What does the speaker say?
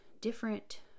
different